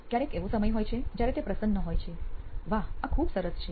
ક્યારેક એવો સમય હોય છે જયારે તે પ્રસન્ન હોય છે વાહ આ ખુબ સરસ છે